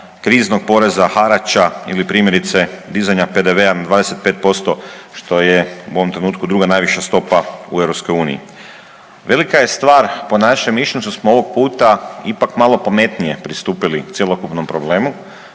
kriznog poreza, harača, ili primjerice dizanja PDV-a na 25%, što je u ovom trenutku druga najviša stopa u Europskoj uniji. Velika je stvar po našem mišljenju, što smo ovog puta ipak malo pametnije pristupili cjelokupnom problemu